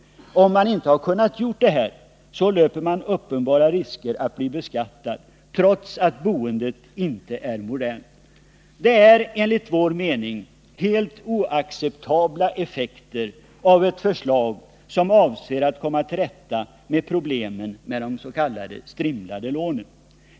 Om så inte har kunnat ske, löper medlemmarna uppenbara risker att bli beskattade, trots att boendet inte är modernt. Det handlar här enligt vår mening om helt oacceptabla effekter av ett förslag som avser att komma till rätta med problemen med de s.k. strimlade lånen.